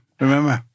remember